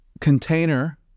container